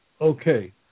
okay